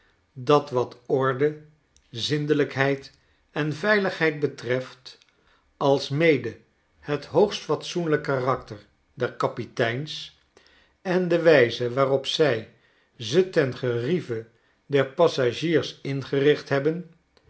dat wat orde zindelijkheid en veiligheid betreft alsmede het hoogst fatsoenlijk karakter der kapiteins en de wijze waarop zij ze ten gerieve der passagiers ingericht hebben